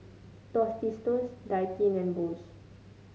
Tostitos Daikin and Bose